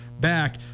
back